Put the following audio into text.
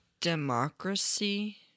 democracy